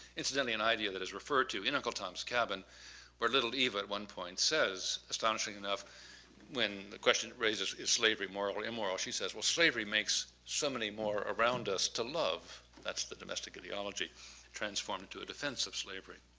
incidentally an idea that is referred to in uncle tom's cabin where little eva at one point says, astonishingly enough when the question raised is slavery moral or immoral, she says, well slavery makes so many more around us to love. that's the domestic ideology transformed into a defense of slavery.